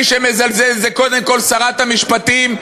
מי שמזלזל זה קודם כול שרת המשפטים,